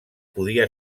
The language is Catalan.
podia